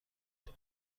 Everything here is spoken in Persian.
تون